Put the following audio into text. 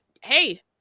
hey